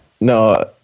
No